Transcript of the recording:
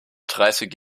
dreißig